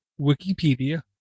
wikipedia